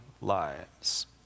lives